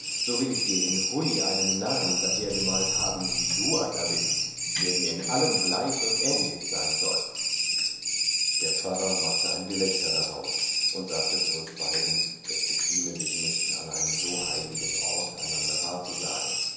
so will ich dir in hui einen narrn dahergemalt haben wie du einer bist der dir in allem gleich und ähnlich sein soll der pfarrer machte ein gelächter daraus und sagte zu uns beiden es gezieme sich nicht an einem so heiligen ort einander wahrzusagen